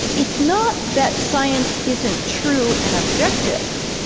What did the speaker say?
it's not that science isn't true and objective.